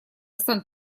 санкт